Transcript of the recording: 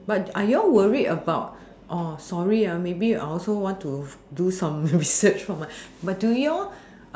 but are you all worried about or sorry ah maybe I also want to do some research for my but do you all